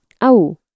Au